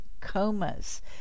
comas